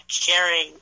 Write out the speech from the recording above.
caring